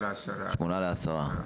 בין שמונה לעשרה.